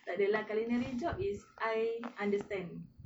takde lah culinary job is I understand